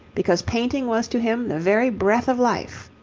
because painting was to him the very breath of life.